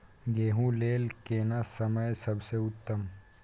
गेहूँ लेल केना समय सबसे उत्तम?